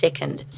second